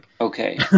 Okay